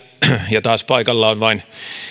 ja taas paikalla on vain